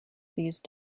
these